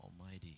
Almighty